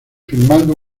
firmando